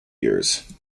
years